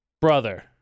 Brother